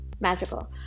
magical